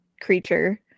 creature